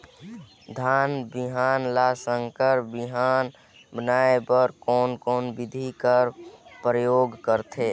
धान बिहान ल संकर बिहान बनाय बर कोन कोन बिधी कर प्रयोग करथे?